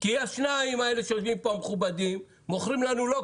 לצערנו, אנחנו פוגעים בכולם.